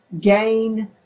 gain